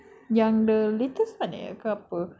yang the latest one eh ke apa